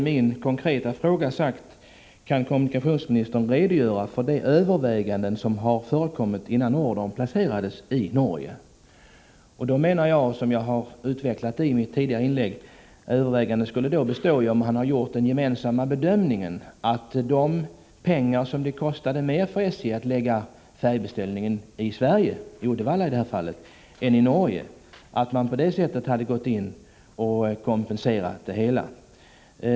Min konkreta fråga lyder: ”Kan kommunikationsministern redogöra för de överväganden som förekommit innan ordern placerades i Norge?” Jag menar då, vilket jag har utvecklat i mitt tidigare inlägg, överväganden som består i att man gjort den gemensamma bedömningen att SJ skulle ha kunnat kompenseras för den merkostnad som uppstod om man lade beställningen i Sverige — i Uddevalla i det här fallet — i stället för i Norge.